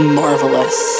marvelous